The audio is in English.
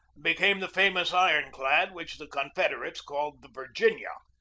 became the famous iron-clad which the con federates called the virginia,